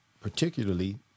particularly